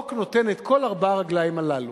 החוק נותן את כל ארבע הרגליים הללו: